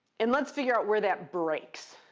and let's figure out where that breaks,